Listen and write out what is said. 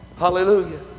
Hallelujah